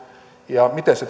ja miten se